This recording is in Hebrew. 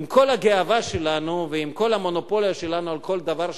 עם כל הגאווה שלנו ועם כל המונופול שלנו על כל דבר שבעולם,